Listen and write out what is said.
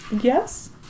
Yes